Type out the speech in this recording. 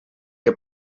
que